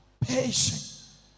patience